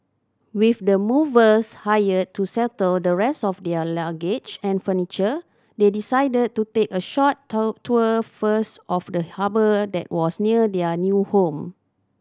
with the movers hired to settle the rest of their luggage and furniture they decided to take a short toe tour first of the harbour that was near their new home